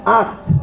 act